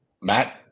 Matt